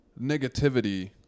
negativity